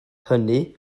hynny